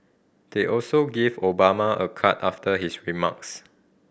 they also gave Obama a card after his remarks